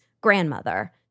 grandmother